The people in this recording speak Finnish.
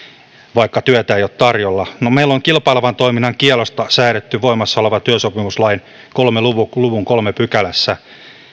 vaikka työtä ei ole tarjolla no meillä on kilpailevan toiminnan kiellosta säädetty voimassa olevan työsopimuslain kolmen luvun kolmannessa pykälässä